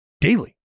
daily